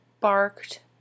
barked